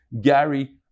Gary